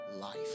life